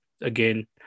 again